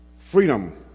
freedom